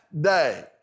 day